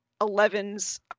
Eleven's